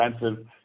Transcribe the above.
expensive